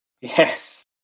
Yes